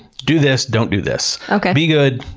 do this, don't do this. be good,